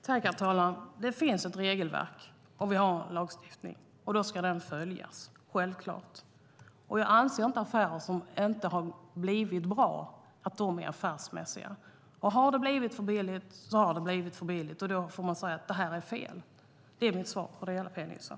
Herr talman! Det finns ett regelverk och en lagstiftning, och då ska detta självklart följas. Och jag anser inte att affärer som inte har blivit bra är affärsmässiga. Har det blivit för billigt har det blivit för billigt, och då får man säga att det här är fel. Det är mitt svar på det hela, Pia Nilsson.